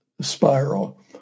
spiral